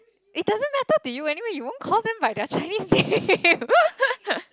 it doesn't matter to you anyway you won't call them by their Chinese name